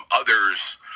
others